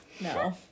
No